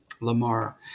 Lamar